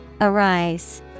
Arise